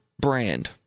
brand